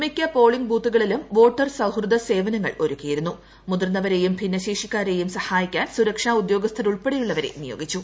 മീക്കു polling ബൂത്തുകളിലും voter സൌഹൃദ സേവനങ്ങൾ ഒരുക്കിയിരുന്നു മുതിർന്നവരെയും ഭിന്നശേഷിക്കാരെയും സഹായിക്കാൻ സുരക്ഷാ ഉദ്യോഗസ്ഥരുൾപ്പെടെയുള്ളവരെ നിയോഗിച്ചു